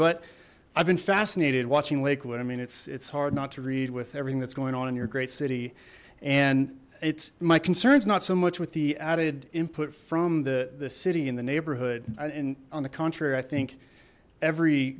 but i've been fascinated watching lakewood i mean it's it's hard not to read with everything that's going on in your great city and it's my concerns not so much with the added input from the the city in the neighborhood in on the contrary i think every